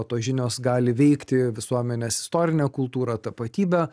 tos žinios gali veikti visuomenės istorinę kultūrą tapatybę